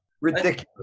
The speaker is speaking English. Ridiculous